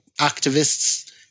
activists